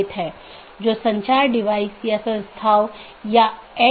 एक चीज जो हमने देखी है वह है BGP स्पीकर